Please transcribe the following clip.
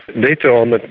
later on,